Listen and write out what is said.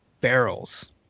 barrels